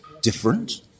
different